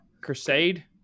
crusade